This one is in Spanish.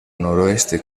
noroeste